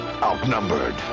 Outnumbered